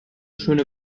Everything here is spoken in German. schöne